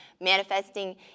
manifesting